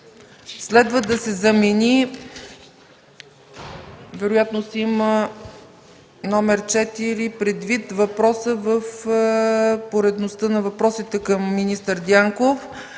следва да се замени – вероятно се има предвид „№ 4” – въпросът в поредността на въпросите към министър Дянков.